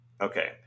Okay